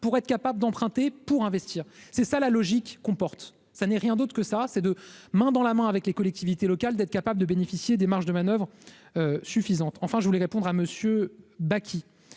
pour être capable d'emprunter pour investir, c'est ça la logique comporte, ça n'est rien d'autre que ça, c'est de main dans la main avec les collectivités locales de. Capable de bénéficier des marges de manoeuvre suffisante, enfin je voulais répondre à Monsieur Bakhit